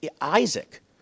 Isaac